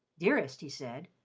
dearest, he said,